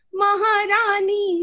maharani